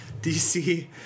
DC